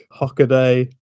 Hockaday